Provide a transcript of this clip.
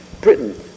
Britain